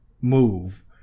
move